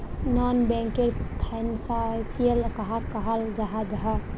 Non banking financial कहाक कहाल जाहा जाहा?